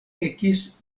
ekis